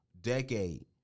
decade